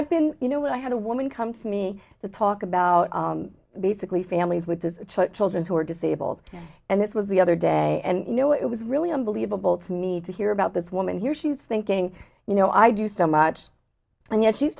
i've been you know what i had a woman come to me to talk about basically families with children who are disabled and it was the other day and you know it was really unbelievable to me to hear about this woman here she's thinking you know i do so much and yet she's